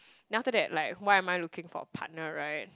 then after that like why am I looking for a partner right